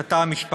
את התא המשפחתי.